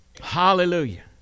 Hallelujah